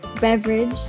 beverage